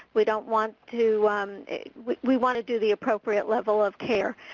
we don't want to we want to do the appropriate level of care,